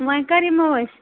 وۄنۍ کَر یِمو أسۍ